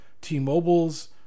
T-Mobile's